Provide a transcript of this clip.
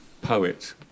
poet